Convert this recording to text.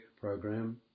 program